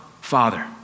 Father